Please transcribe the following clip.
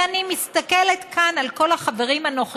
ואני מסתכלת כאן על כל החברים הנוכחים,